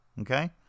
okay